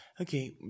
Okay